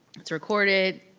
it's recorded,